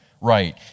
right